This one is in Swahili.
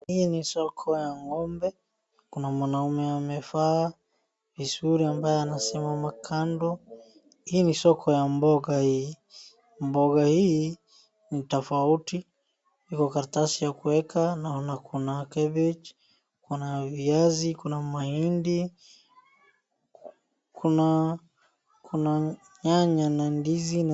Hii ni soko ya ng'ombe. Kuna mwanaume amevaa vizuri ambaye anasimama kando. Hii ni soko ya mboga hii. Mboga hii ni tofauti. Iko karatasi ya kuweka. Naona kuna kabej, kuna viazi, kuna mahindi, kuna-kuna nyanya na ndizi na....